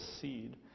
seed